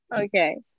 Okay